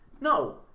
No